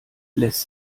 lässt